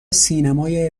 سینمای